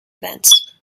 events